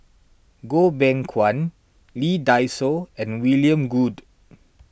Goh Beng Kwan Lee Dai Soh and William Goode